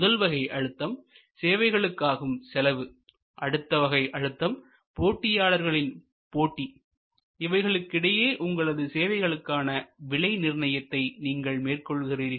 முதல்வகை அழுத்தம் சேவைகளுக்கு ஆகும் செலவு அடுத்த வகை அழுத்தம் போட்டியாளர்களின் போட்டி இவைகளுக்கு இடையே உங்களது சேவைக்கான விலை நிர்ணயத்தை நீங்கள் மேற்கொள்கிறார்கள்